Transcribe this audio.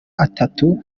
atatu